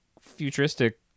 futuristic